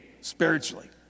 spiritually